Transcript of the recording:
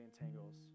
entangles